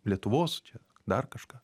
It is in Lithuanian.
lietuvos čia dar kažką